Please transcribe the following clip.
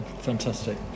fantastic